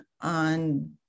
on